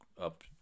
up